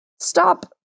stop